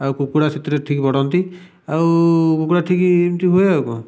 ଆଉ କୁକୁଡ଼ା ସେଥିରେ ଠିକ୍ ବଢ଼ନ୍ତି ଆଉ କୁକୁଡ଼ା ଠିକ ଏମିତି ହୁଏ ଆଉ କ'ଣ